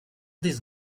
these